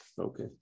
Okay